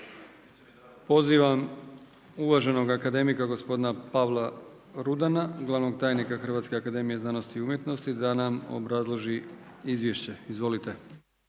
Pozivam uvaženog akademika gospodina Pavla Rudana, glavnog tajnika Hrvatske akademije znanosti i umjetnosti da nam obrazloži izvješće. Izvolite.